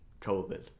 COVID